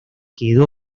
quedó